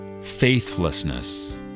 Faithlessness